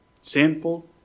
Sinful